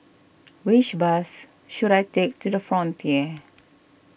which bus should I take to the Frontier